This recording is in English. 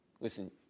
Listen